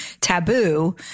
taboo